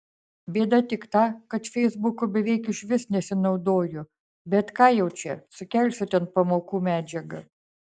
bėda tik ta kad feisbuku beveik išvis nesinaudoju bet ką jau čia sukelsiu ten pamokų medžiagą